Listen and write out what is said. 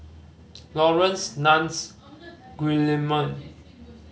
Laurence Nunns Guillemard